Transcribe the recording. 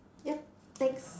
ya thanks